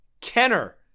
Kenner